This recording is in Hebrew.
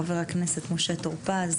חבר הכנסת משה טור פז,